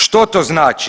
Što to znači?